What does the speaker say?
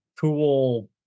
cool